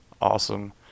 Awesome